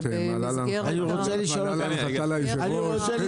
את מעלה להנחתה ליושב-ראש.